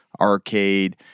Arcade